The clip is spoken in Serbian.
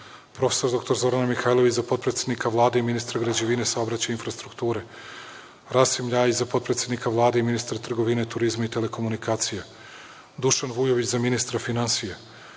dr Zorana Mihajlović – za potpredsednika Vlade i ministra građevine, saobraćaja i infrastrukture. Rasim Ljajić – za potpredsednika Vlade i ministra trgovine, turizma i telekomunikacija. Dušan Vujović – za ministra finansija. Goran